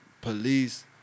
police